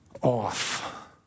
off